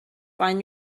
find